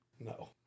No